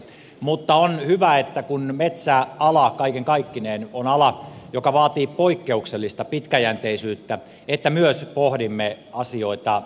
mutta on hyvä että kun metsäala kaiken kaikkineen on ala joka vaatii poikkeuksellista pitkäjänteisyyttä myös pohdimme asioita pitkälle tulevaisuuteen